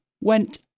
went